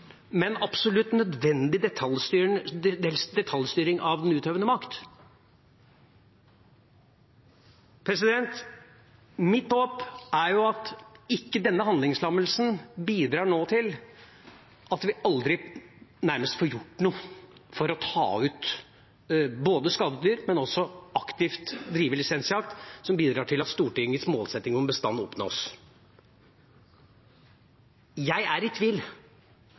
men en absolutt nødvendig detaljstyring av den utøvende makt. Mitt håp er at denne handlingslammelsen ikke nå bidrar til at vi nærmest aldri får gjort noe for både å ta ut skadedyr og aktivt å drive lisensjakt, som bidrar til at Stortingets målsetting om bestand oppnås. Jeg er i tvil